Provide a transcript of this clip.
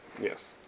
Yes